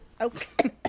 okay